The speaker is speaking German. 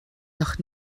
noch